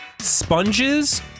sponges